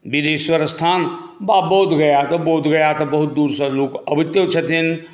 विदेश्वर स्थान वा बोधगयाक बोधगयाक लोक बहुत दूरसँ अबितो छथिन